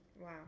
Wow